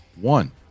One